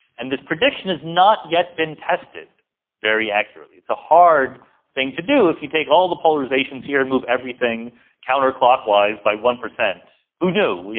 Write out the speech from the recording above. and this prediction has not yet been tested very accurately. it's a hard thing to do if you take all the polarisations here and move everything counter clockwise by one percent. who knew?